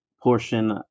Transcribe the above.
portion